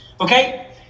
Okay